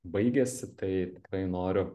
baigėsi tai tikrai noriu